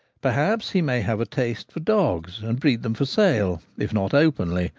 perhaps he may have a taste for dogs, and breed them for sale, if not openly,